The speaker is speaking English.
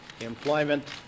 employment